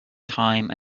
time